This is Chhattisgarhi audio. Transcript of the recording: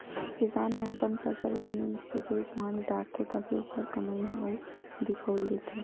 किसान ह अपन फसल ल मिंज के बेच भांज डारथे तभे ओखर कमई ह दिखउल देथे